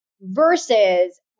versus